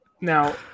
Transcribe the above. Now